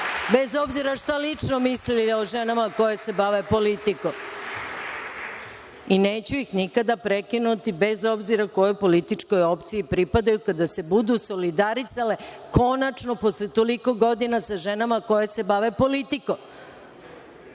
bez obzira šta lično mislili o ženama koje se bave politikom. Neću ih nikada prekinuti, bez obzira kojoj političkoj opciji pripadaju, kada se budu solidarisale, konačno posle toliko godina, sa ženama koje se bave politikom.